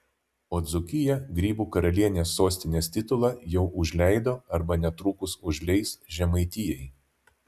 o dzūkija grybų karalienės sostinės titulą jau užleido arba netrukus užleis žemaitijai